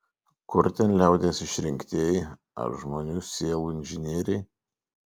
kur ten liaudies išrinktieji ar žmonių sielų inžinieriai